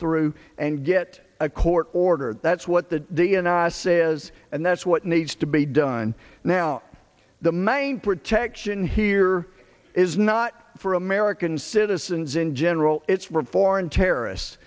through and get a court order that's what the the and i says and that's what needs to be done now the main protection here is not for american citizens in general it's were foreign terrorists